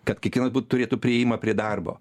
kad kiekvienas būt turėtų priėjimą prie darbo